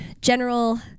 general